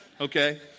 okay